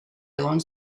egon